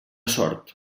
sort